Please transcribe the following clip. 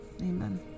Amen